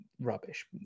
rubbish